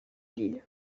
lille